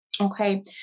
okay